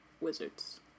wizards